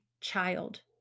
child